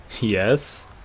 Yes